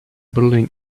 building